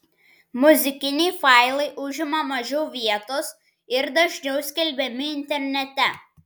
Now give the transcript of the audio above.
muzikiniai failai užima mažiau vietos ir dažniau skelbiami internete